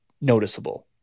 noticeable